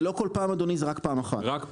זה לא כל פעם רק פעם אחת.